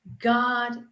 God